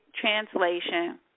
Translation